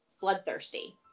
bloodthirsty